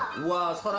was